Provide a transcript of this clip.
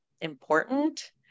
important